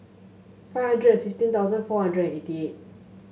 five hundred and fifteen thousand four hundred and eighty eight